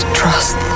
trust